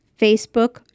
Facebook